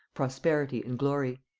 prosperity and glory